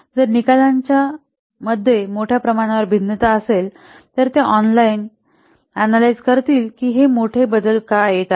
जर निकालांच्या निकालांमध्ये मोठ्या प्रमाणावर भिन्नता असतील तर ते अनॅलाईझ करतील की हे मोठे बदल का येत आहेत